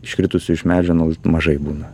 iškritusių iš medžio nu mažai būna